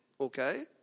okay